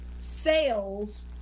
sales